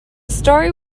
story